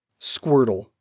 Squirtle